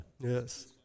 Yes